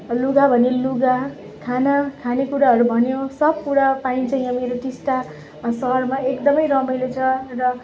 लुगा भन्यो लुगा खाना खाने कुराहरू भन्यो सब कुरा पाइन्छ यहाँ मेरो टिस्टा सहरमा एकदम रमाइलो छ र